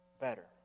better